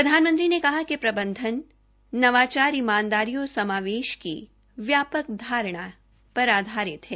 प्रधानमंत्री ने कहा कि प्रबंधन नवाचार ईमानदारी और समावेश की व्यापक धारण पर आधारित है